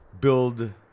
build